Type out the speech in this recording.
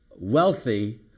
wealthy